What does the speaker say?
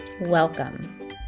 Welcome